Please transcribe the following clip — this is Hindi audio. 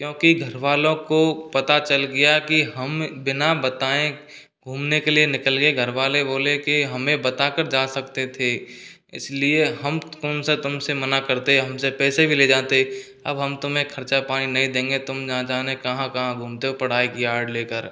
क्योंकि घरवालों को पता चल गया कि हम बिना बताएं घूमने के लिए निकले घर वाले बोले कि हमें बता कर जा सकते थे इसलिए हम कौन सा तुमसे मना करते हमसे पैसे भी ले जातें अब हम तुमहे खर्चा पानी नहीं देंगे तुम ना जाने कहाँ कहाँ घूमते हो पढ़ाई की आड़ लेकर